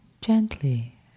gently